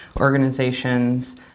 organizations